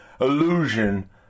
illusion